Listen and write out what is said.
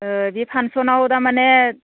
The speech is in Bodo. ओह बे फान्स'नाव दामानि